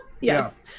yes